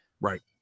right